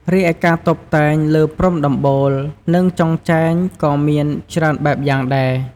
រីឯការតុបតែងលើព្រំដំបូល និងចុងចែងក៏មានច្រើនបែបយ៉ាងដែរ ។